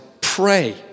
Pray